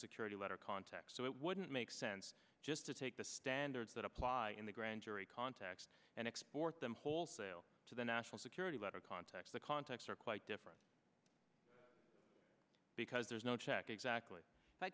security letter context so it wouldn't make sense just to take the standards that apply in the grand jury context and export them wholesale to the national security letter context the context are quite different because there's no check exactly i